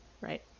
right